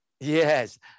Yes